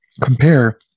compare